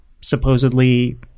supposedly